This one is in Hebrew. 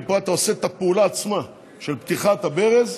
כי פה אתה עושה את הפעולה עצמה של פתיחת הברז,